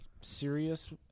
serious